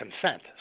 consent